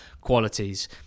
qualities